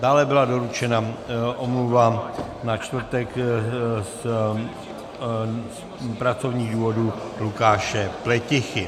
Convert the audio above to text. Dále byla doručena omluva na čtvrtek z pracovních důvodů Lukáše Pletichy.